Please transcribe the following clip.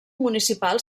municipal